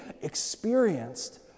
experienced